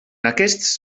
aquests